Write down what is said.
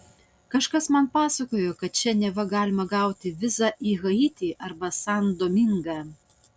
kažkas man pasakojo kad čia neva galima gauti vizą į haitį arba san domingą